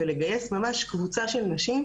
ולגייס קבוצה של נשים